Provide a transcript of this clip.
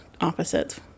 opposites